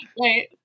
Right